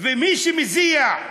ומי שמזיע,